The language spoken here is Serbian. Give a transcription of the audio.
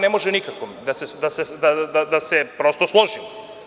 Ne može, nikako, da se prosto složim.